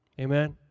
Amen